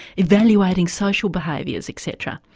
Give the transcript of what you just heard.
evaluating social behaviours etc.